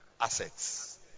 assets